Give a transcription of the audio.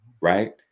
right